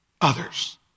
Others